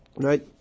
right